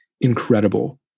incredible